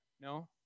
No